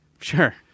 Sure